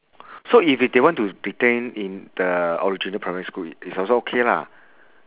so if it they want to retain in the original primary school it it's also okay lah